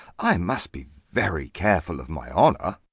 i must be very careful of my honour.